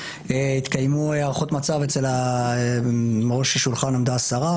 התקיימו הערכות מצב בראש השולחן עמדה השרה,